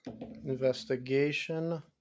Investigation